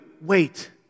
Wait